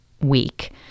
week